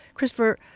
Christopher